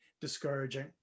discouraging